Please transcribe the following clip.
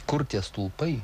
kur tie stulpai